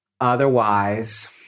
Otherwise